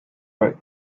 wrote